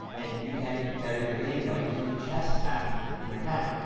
and you can better your game by using the chess app in your mac.